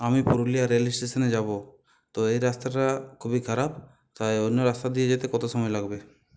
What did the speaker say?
আমি পুরুলিয়া রেল স্টেশনে যাবো তো এই রাস্তাটা খুবই খারাপ তাই অন্য রাস্তা দিয়ে যেতে কত সময় লাগবে